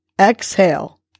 Exhale